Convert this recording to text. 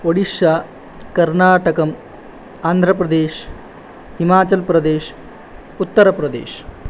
ओडिश्शा कर्णाटकं आन्ध्रप्रदेश् हिमाचल्प्रदेश् उत्तरप्रदेश्